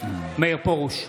מאיר פרוש,